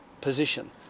position